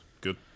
good